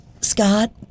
Scott